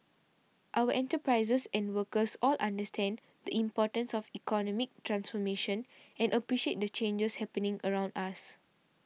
our enterprises and workers all understand the importance of economic transformation and appreciate the changes happening around us